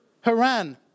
Haran